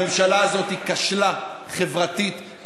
הממשלה הזאת כשלה חברתית,